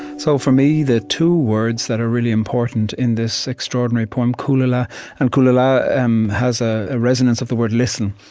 so for me, the two words that are really important, in this extraordinary poem, kulila and kulila um has the ah ah resonance of the word listen.